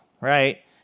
right